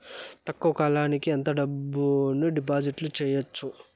తక్కువ కాలానికి ఎంత డబ్బును డిపాజిట్లు చేయొచ్చు?